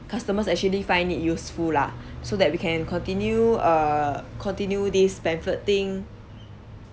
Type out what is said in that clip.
customers actually find it useful lah so that we can continue err continue this pamphlet thing